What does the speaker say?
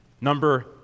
Number